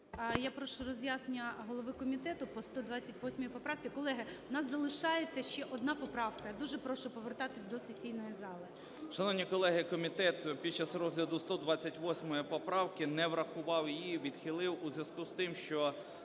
Я прошу роз'яснення голови комітету по 128 поправці. Колеги, в нас залишається ще одна поправка, я дуже прошу повертатися до сесійної зали. 16:22:10 РИБАК І.П. Шановні колеги, комітет під час розгляду 128 поправки не врахував її, відхилив у зв'язку із тим, що